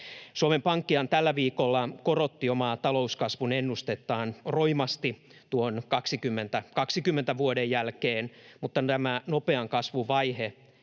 Suomen Pankkihan tällä viikolla korotti omaa talouskasvun ennustettaan roimasti tuon vuoden 2020 jälkeen, mutta tämä nopean kasvun vaihe